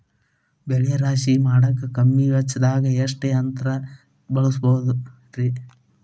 ಬೆಳೆ ರಾಶಿ ಮಾಡಾಕ ಕಮ್ಮಿ ವೆಚ್ಚದಾಗ ಯಾವ ಯಂತ್ರ ಬಳಸಬಹುದುರೇ?